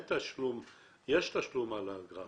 לרופאים יש תשלום על האגרה.